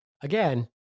Again